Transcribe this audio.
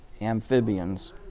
amphibians